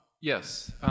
yes